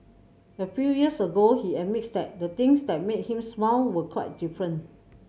a few years ago he admits that the things that made him smile were quite different